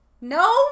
No